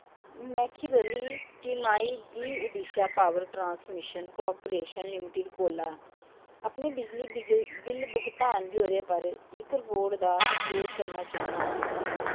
में खीरली तिमाही दी Odisha Power Transmission Corporation Limited कोला अपने बिजली बिल भुगतान ब्यौरे पर इक रिपोर्ट दा अनुरोध करना चाह्न्नां